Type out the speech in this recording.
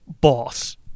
Boss